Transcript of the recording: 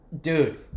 dude